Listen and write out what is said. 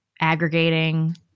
Aggregating